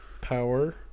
power